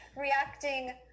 reacting